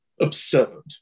absurd